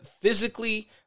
physically